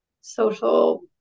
social